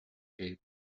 cape